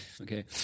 Okay